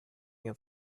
your